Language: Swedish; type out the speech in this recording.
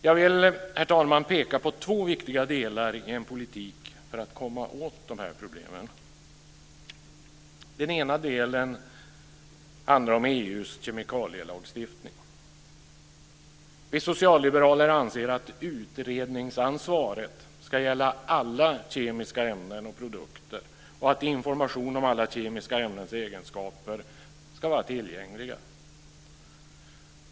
Jag vill, herr talman, peka på två viktiga delar i en politik för att komma åt de här problemen. Den ena delen handlar om EU:s kemikalielagstiftning. Vi socialliberaler anser att utredningsansvaret ska gälla alla kemiska ämnen och produkter och att informationen om alla kemiska ämnens egenskaper ska vara tillgänglig.